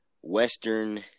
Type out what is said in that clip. western